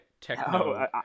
techno